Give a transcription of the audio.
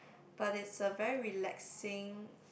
but it's a very relaxing